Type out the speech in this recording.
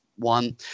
one